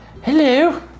Hello